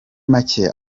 make